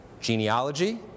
genealogy